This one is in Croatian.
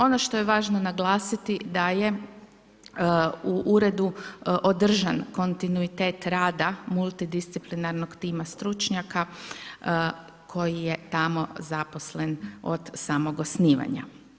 Ono što je važno naglasiti da je u uredu održan kontinuitet rada multidisciplinarnog tima stručnjaka koji je tamo zaposlen od samog osnivanja.